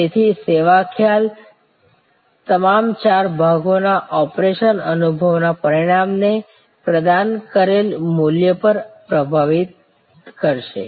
તેથી સેવા ખ્યાલ તમામ ચાર ભાગોના ઓપરેશન અનુભવના પરિણામને પ્રદાન કરેલ મૂલ્ય પર પ્રભાવિત કરશે